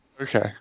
Okay